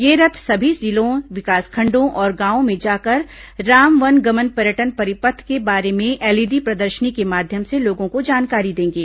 ये रथ सभी जिलों विकासखण्ड़ों और गांवों में जाकर राम वन गमन पर्यटन परिपथ के बारे में एलईडी प्रर्दशनी के माध्यम से लोगों को जानकारी देंगे